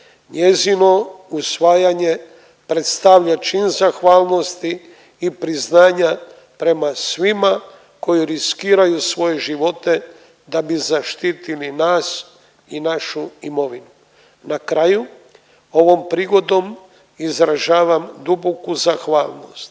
Njezino usvajanje predstavlja čin zahvalnosti i priznanja prema svima koji riskiraju svoje živote da bi zaštitili nas i našu imovinu. Na kraju, ovom prigodom izražavam duboku zahvalnost